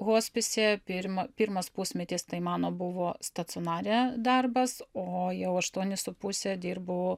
hospise pirma pirmas pusmetis tai mano buvo stacionare darbas o jau aštuonis su puse dirbu